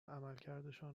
عملکردشان